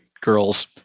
girls